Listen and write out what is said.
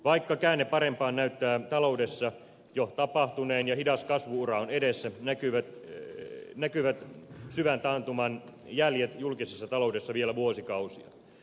vaikka käänne parempaan näyttää taloudessa jo tapahtuneen ja hidas kasvu ura on edessä näkyvät syvän taantuman jäljet julkisessa taloudessa vielä vuosikausia